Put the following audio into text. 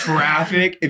Traffic